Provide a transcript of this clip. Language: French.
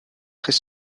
très